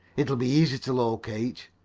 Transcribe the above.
it'll be easy to locate.